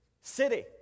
city